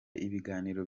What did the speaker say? ibiganiro